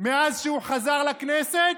מאז שהוא חזר לכנסת?